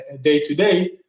day-to-day